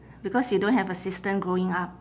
because you don't have a sister growing up